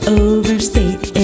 overstate